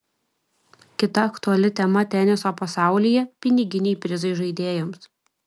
kita aktuali tema teniso pasaulyje piniginiai prizai žaidėjams